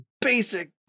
basic